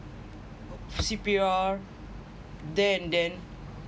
C_P_R there and then